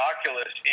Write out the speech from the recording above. Oculus